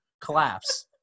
collapse